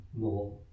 more